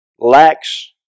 lacks